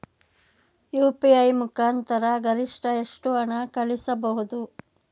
UPI ಮುಖಾಂತರ ಗರಿಷ್ಠ ಎಷ್ಟು ಹಣ ಕಳಿಸಬಹುದು?